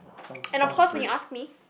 and of course when you ask me